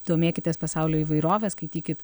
domėkitės pasaulio įvairove skaitykit